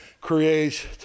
creates